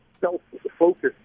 self-focused